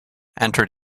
entered